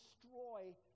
destroy